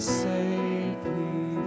safely